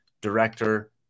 Director